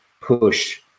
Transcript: push